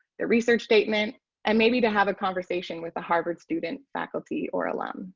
the research statement and maybe to have a conversation with a harvard student, faculty, or alum